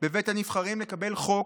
בבית הנבחרים לקבל 'חוק'